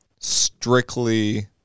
strictly